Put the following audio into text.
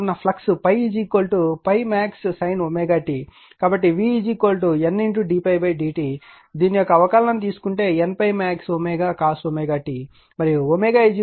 కాబట్టి V N d∅ dt దీని యొక్క అవకలనము తీసుకుంటే N ∅max cos t మరియు 2f లభిస్తుంది